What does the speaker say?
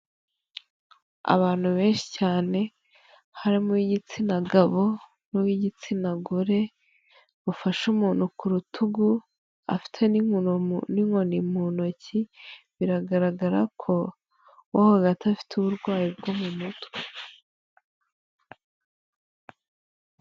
Abantu benshi cyane harimo igitsina gabo n'uw'igitsina gore bafasha umuntu ku rutugu afite n'inkoni mu ntoki biragaragara ko afite uburwayi bwo mu mutwe.